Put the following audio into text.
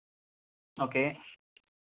okay